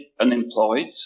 unemployed